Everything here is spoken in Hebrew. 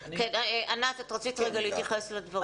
ענת, את רצית להתייחס לדברים.